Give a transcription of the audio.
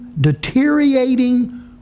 deteriorating